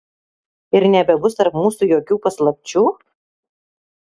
ir nebebus tarp mūsų jokių paslapčių